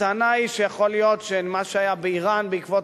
הטענה היא שיכול להיות שמה שהיה באירן בעקבות